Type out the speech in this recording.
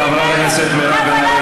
חברת הכנסת מירב בן ארי,